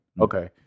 Okay